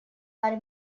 per